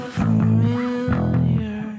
familiar